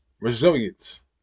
Resilience